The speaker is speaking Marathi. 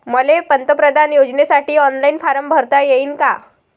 मले पंतप्रधान योजनेसाठी ऑनलाईन फारम भरता येईन का?